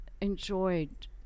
enjoyed